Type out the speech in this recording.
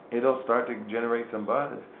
it'll start to generate some buzz.